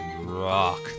Rock